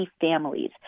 families